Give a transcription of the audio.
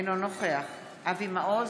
אינו נוכח אבי מעוז,